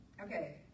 Okay